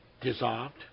dissolved